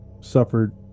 suffered